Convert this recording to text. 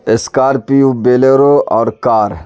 Scorpio Bolero اور کار